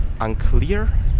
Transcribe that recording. unclear